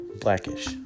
Blackish